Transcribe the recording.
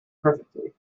perfectly